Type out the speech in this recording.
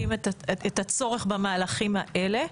אני חושבת שהיום אנחנו יותר מבינים את הצורך במהלכים האלה.